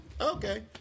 Okay